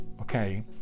okay